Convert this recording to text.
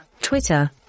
Twitter